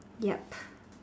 ya